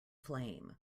flame